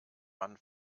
man